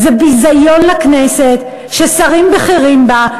זה ביזיון לכנסת ששרים בכירים בה,